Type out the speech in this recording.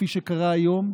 כפי שקרה היום,